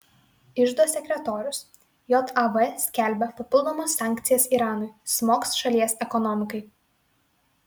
iždo sekretorius jav skelbia papildomas sankcijas iranui smogs šalies ekonomikai